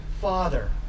father